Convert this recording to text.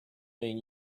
mean